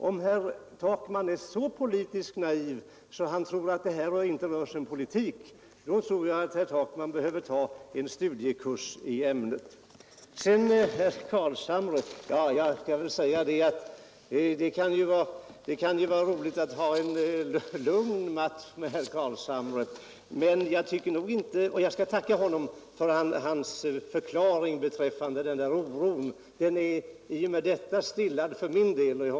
Om herr Takman är så politiskt naiv att han tror att det här inte rör sig om politik då behöver nog herr Takman ta en kurs i ämnet. Det kan vara roligt att ha en lugn match med herr Carlshamre, och jag skall tacka honom för hans förklaring beträffande den här oron. Min oro och jag hoppas också andras — är därmed stillad.